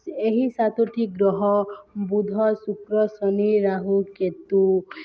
ଏହି ସାତୋଟି ଗ୍ରହ ବୁଦ୍ଧ ଶୁକ୍ର ଶନି ରାହୁ କେତୁ